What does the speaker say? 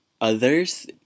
others